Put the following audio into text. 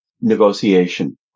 negotiation